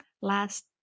Last